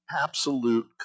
absolute